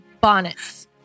Bonnets